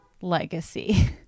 legacy